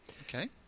Okay